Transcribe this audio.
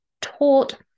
taught